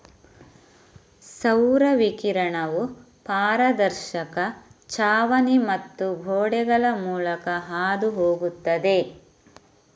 ಸೌರ ವಿಕಿರಣವು ಪಾರದರ್ಶಕ ಛಾವಣಿ ಮತ್ತು ಗೋಡೆಗಳ ಮೂಲಕ ಹಾದು ಹೋಗುತ್ತದೆ